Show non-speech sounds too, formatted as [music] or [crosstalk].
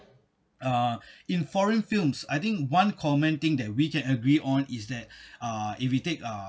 uh [breath] in foreign films I think one common thing that we can agree on is that [breath] uh if you take uh